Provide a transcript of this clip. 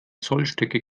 zollstöcke